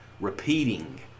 repeating